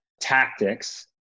tactics